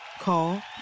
Call